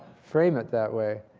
frame it that way.